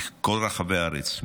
מכל רחבי הארץ,